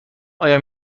آیا